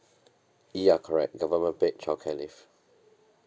ya correct government paid childcare leave